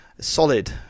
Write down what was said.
solid